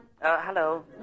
hello